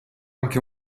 anche